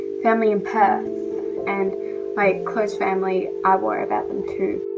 family in perth and my close family, i worry about them too.